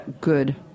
good